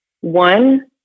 One